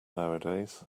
nowadays